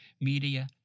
media